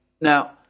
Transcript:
Now